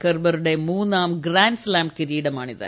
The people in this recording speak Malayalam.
കെർബറുടെ മൂന്നാം ഗ്രാൻസ്താം കിരീടമാണിത്